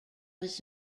was